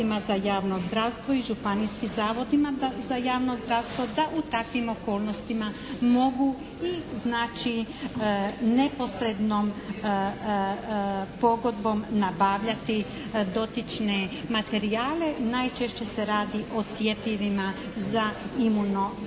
za javno zdravstvo i Županijskim zavodima za javno zdravstvo da u takvim okolnostima mogu i znači neposrednom pogodbom nabavljati dotične materijale. Najčešće se radi o cjepivima za imuno